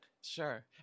sure